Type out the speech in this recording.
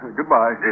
Goodbye